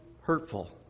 hurtful